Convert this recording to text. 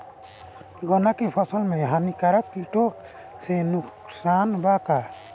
गन्ना के फसल मे हानिकारक किटो से नुकसान बा का?